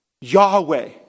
Yahweh